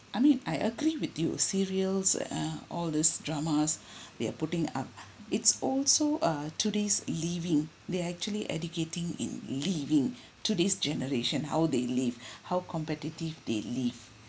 I mean I agree with you serials uh all these dramas they are putting up it's also uh today's living they are actually educating in living today's generation how they live how competitive they live